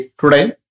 today